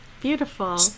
Beautiful